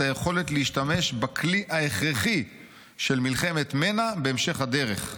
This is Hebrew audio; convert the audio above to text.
היכולת להשתמש בכלי ההכרחי של מלחמת מנע בהמשך הדרך.